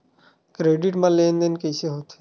Credit मा लेन देन कइसे होथे?